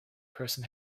person